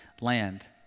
land